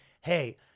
hey